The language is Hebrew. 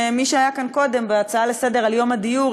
שמי שהיה כאן קודם בהצעה לסדר-היום על יום הדיור,